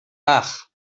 ach